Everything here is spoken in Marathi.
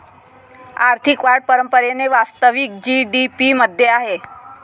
आर्थिक वाढ परंपरेने वास्तविक जी.डी.पी मध्ये आहे